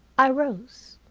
i rose.